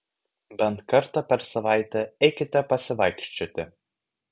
bent kartą per savaitę eikite pasivaikščioti